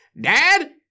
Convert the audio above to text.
dad